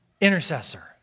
intercessor